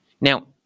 Now